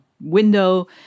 window